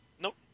nope